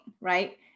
right